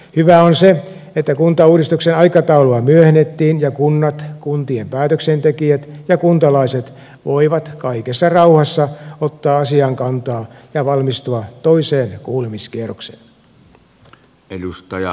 hyvää on se että kuntauudistuksen aikataulua myöhennettiin ja kunnat kuntien päätöksentekijät ja kuntalaiset voivat kaikessa rauhassa ottaa asiaan kantaa ja valmistua toiseen kuulemiskierrokseen